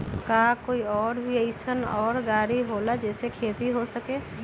का कोई और भी अइसन और गाड़ी होला जे से खेती हो सके?